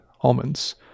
almonds